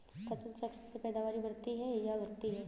फसल चक्र से पैदावारी बढ़ती है या घटती है?